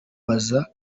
kumubaza